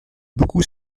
beaucoup